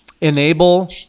enable